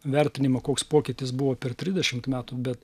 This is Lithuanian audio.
vertinimą koks pokytis buvo per trisdešimt metų bet